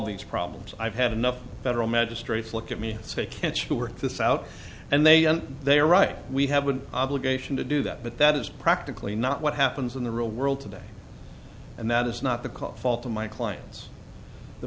these problems i've had enough federal magistrates look at me say can't you work this out and they they are right we have an obligation to do that but that is practically not what happens in the real world today and that is not the cause fault of my clients the